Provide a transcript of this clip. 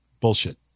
Bullshit